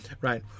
Right